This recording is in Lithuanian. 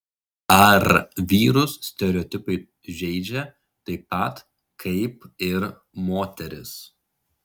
ar vyrus stereotipai žeidžia taip pat kaip ir moteris